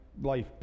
life